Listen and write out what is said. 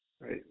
right